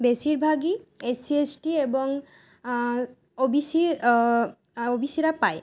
বেশীরভাগই SC ST এবং OBC ওবিসিরা পায়